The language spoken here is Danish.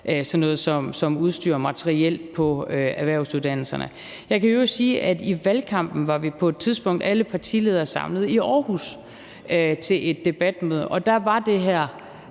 sådan noget som udstyr og materiel på erhvervsuddannelserne. Jeg kan i øvrigt sige, at alle partiledere på et tidspunkt i valgkampen var samlet i Aarhus til et debatmøde, og der var